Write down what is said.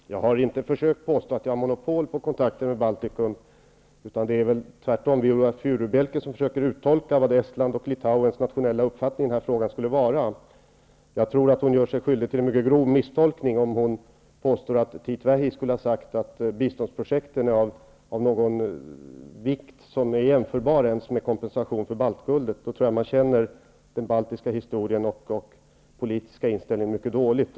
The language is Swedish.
Fru Talman! Jag har inte försökt påstå att vi har monopol på kontakter med Baltikum, utan det är väl tvärtom Viola Furubjelke som försöker uttolka vad Estlands och Litauens nationella uppfattning i den här frågan skulle vara. Jag tror att hon gör sig skyldig till en mycket grov misstolkning om hon påstår att Tiit Vähi skulle ha sagt att biståndsprojekten har en vikt som ens är jämförbar med baltguldets. Jag tror att de som gör det känner den baltiska historien och balternas politiska inställning mycket dåligt.